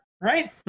right